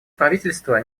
правительство